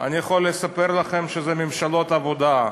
אני יכול לספר לכם שזה ממשלות העבודה,